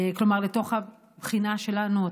לתוך הבחינה שלנו.